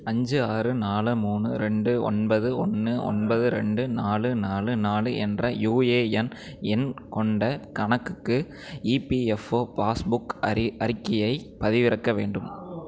அஞ்சு ஆறு நாலு மூணு ரெண்டு ஒன்பது ஒன்று ஒன்பது ரெண்டு நாலு நாலு நாலு என்ற யுஏஎன் எண் கொண்ட கணக்குக்கு இபிஎஃப்ஒ பாஸ்புக் அறிக்கையை பதிவிறக்க வேண்டும்